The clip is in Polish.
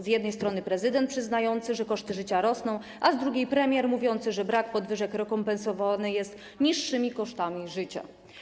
Z jednej strony prezydent przyznający, że koszty życia rosną, a z drugiej premier mówiący, że brak podwyżek rekompensowany jest niższymi kosztami życia.